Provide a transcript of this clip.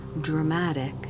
dramatic